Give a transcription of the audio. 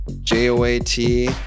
J-O-A-T